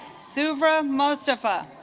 supra mostafa